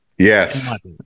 Yes